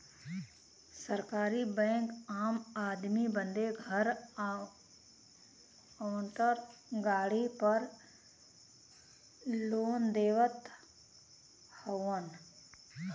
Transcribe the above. सरकारी बैंक आम आदमी बदे घर आउर गाड़ी पर लोन देवत हउवन